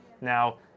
Now